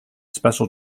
special